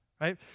right